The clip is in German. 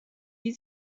die